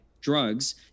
drugs